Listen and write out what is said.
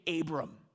Abram